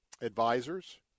advisors